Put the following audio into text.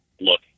look